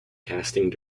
casting